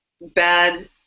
bad